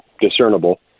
discernible